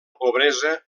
pobresa